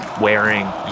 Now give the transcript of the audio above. wearing